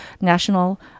National